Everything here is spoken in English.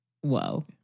Whoa